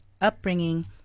upbringing